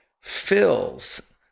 fills